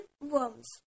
worms